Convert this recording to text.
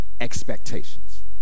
expectations